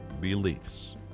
beliefs